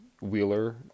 Wheeler